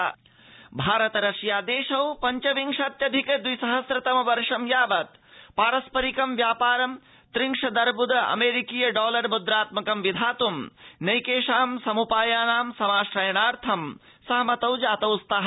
भारतम् Russia Bharat Russia देशौ पञ्च विंशत्यधिक द्विसहस्रतम वर्ष यावत् पारस्परिकं व्यापारं त्रिंशदर्वृद अमेरिकीय डॉलर मुद्रात्मकं विधातं नैकेषां सम्पायानाम समाश्रणार्थं सहमतौ जातौ स्तः